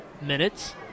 minutes